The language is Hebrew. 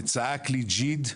וצעק לי 'ג'יד',